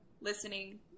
listening